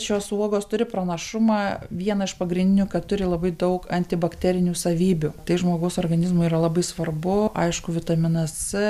šios uogos turi pranašumą vieną iš pagrindinių kad turi labai daug antibakterinių savybių tai žmogaus organizmui yra labai svarbu aišku vitaminas c